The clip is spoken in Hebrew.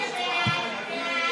לפיכך הוסרו כל ההסתייגויות לסעיף